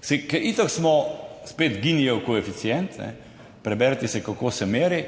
Saj itak smo, spet Ginijev koeficient, preberite si kako se meri,